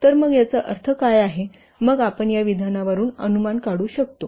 तर मग याचा अर्थ काय आहे मग आपण या विधानावरून अनुमान काढू शकतो